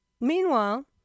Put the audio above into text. Meanwhile